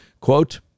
quote